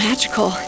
Magical